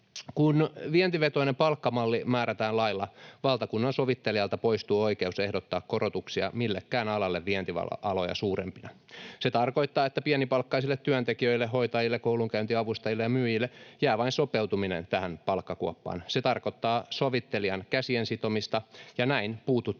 Kun vientivetoinen palkkamalli määrätään lailla, valtakunnansovittelijalta poistuu oikeus ehdottaa korotuksia millekään alalle vientialoja suurempina. Se tarkoittaa, että pienipalkkaisille työntekijöille — hoitajille, koulunkäyntiavustajille ja myyjille — jää vain sopeutuminen tähän palkkakuoppaan. Se tarkoittaa sovittelijan käsien sitomista, ja näin puututaan